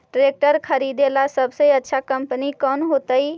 Tractor खरीदेला सबसे अच्छा कंपनी कौन होतई?